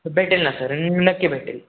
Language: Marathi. भेटेल ना सर निक्की भेटेल